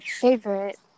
favorite